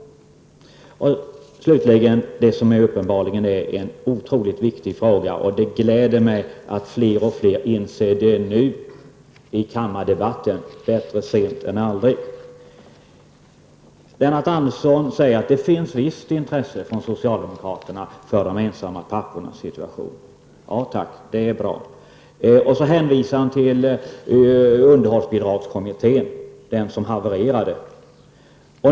Slutligen en otroligt viktig fråga, och det glädjer mig att fler och fler inser dess vikt i dag -- bättre sent än aldrig. Lennart Andersson säger att det finns ett visst intresse från socialdemokraterna för de ensamstående pappornas situation. Ja tack, det är bra. Så hänvisar Lennart Andersson till underhållsbidragskommittén, den som havererade.